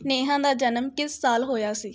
ਨੇਹਾ ਦਾ ਜਨਮ ਕਿਸ ਸਾਲ ਹੋਇਆ ਸੀ